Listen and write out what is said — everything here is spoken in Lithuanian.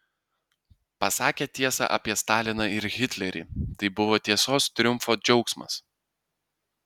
pasakė tiesą apie staliną ir hitlerį tai buvo tiesos triumfo džiaugsmas